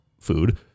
food